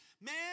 man